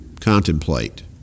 contemplate